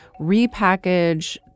repackage